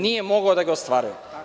Nije mogao da ga ostvaruje.